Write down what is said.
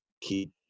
keep